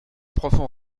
profond